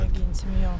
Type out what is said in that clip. mėginsim jo